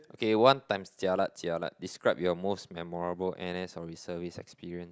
K one times jialat jialat describe your most memorable and N_S or reservice experience